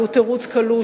הוא תירוץ קלוש,